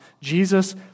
Jesus